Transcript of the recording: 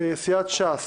סיעת ש"ס